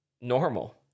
normal